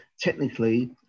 technically